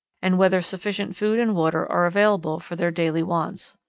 and whether sufficient food and water are available for their daily wants.